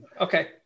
Okay